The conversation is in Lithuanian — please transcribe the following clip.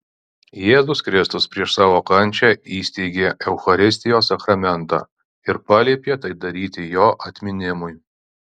jėzus kristus prieš savo kančią įsteigė eucharistijos sakramentą ir paliepė tai daryti jo atminimui